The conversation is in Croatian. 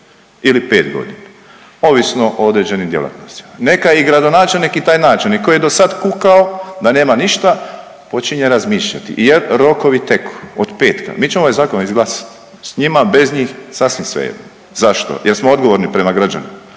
ili pet godina ovisno o određenim djelatnostima. Neka i gradonačelniče i taj načelnik koji je do sad kukao da nema ništa, počinje razmišljati jer rokovi teku od petka. Mi ćemo ovaj zakon izglasati, s njima, bez njih, sasvim svejedno. Zašto? Jer smo odgovorni prema građanima.